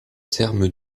terme